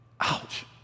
Ouch